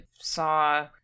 saw